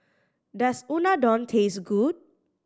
does Unadon taste good